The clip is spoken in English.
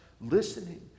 listening